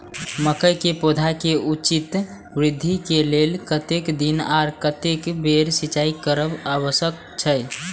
मके के पौधा के उचित वृद्धि के लेल कतेक दिन आर कतेक बेर सिंचाई करब आवश्यक छे?